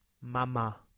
mama